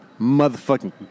motherfucking